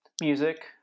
music